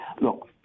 Look